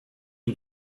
you